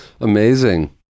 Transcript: Amazing